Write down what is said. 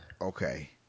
Okay